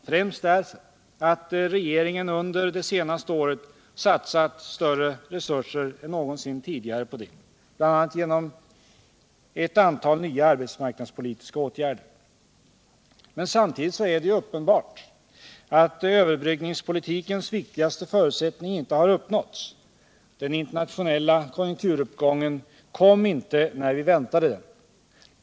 Främst därför att regeringen under det senaste året satsat större resurser än någonsin tidigare på det, bl.a. genom ett antal nya arbetsmarknadspolitiska åtgärder. Men samtidigt är det uppenbart att överbryggningspolitikens viktigaste förutsättning inte har uppnåtts: Den internationella konjunkturuppgången kom inte när vi väntade den.